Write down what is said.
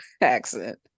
accent